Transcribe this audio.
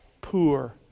poor